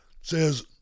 Says